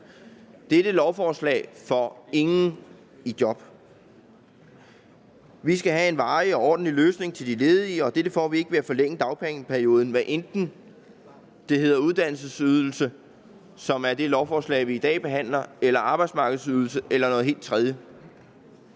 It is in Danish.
Dette lovforslag får ingen i job. Vi skal have en varig og ordentlig løsning til de ledige, og det får vi ikke ved at forlænge dagpengeperioden, hvad enten det hedder uddannelsesydelse – som i det lovforslag, vi i dag behandler – eller arbejdsmarkedsydelse eller noget helt tredje.